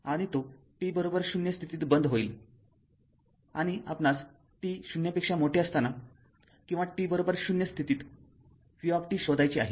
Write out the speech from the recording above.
आणि तो t ० स्थितीत बंद होईल आणि आपणास t ० किंवा t ० स्थितीत v t शोधायचे आहे